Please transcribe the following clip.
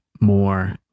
more